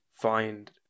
find